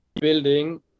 building